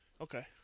Okay